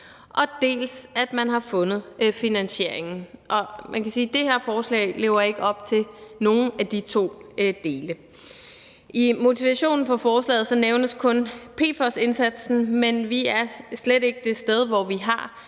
på, dels at man har fundet finansieringen. Man kan sige, at det her forslag ikke lever op til nogen af de to dele. I motivationen for forslaget nævnes kun PFOS-indsatsen, men vi er slet ikke det sted, hvor vi har